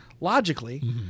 logically